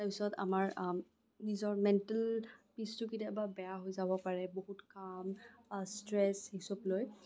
তাৰপিছত আমাৰ নিজৰ মেণ্টেল পিচটো কেতিয়াবা বেয়া হৈ যাব পাৰে বহুত কাম ষ্ট্ৰেছ এইচব লৈ